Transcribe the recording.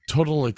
Total